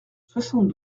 soixante